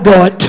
God